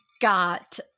got